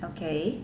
okay